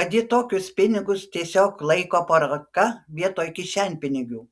kad ji tokius pinigus tiesiog laiko po ranka vietoj kišenpinigių